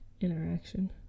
interaction